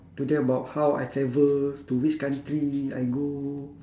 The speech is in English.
to them about how I travel to which country I go